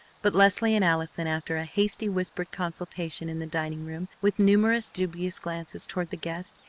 but leslie and allison, after a hasty whispered consultation in the dining-room with numerous dubious glances toward the guest,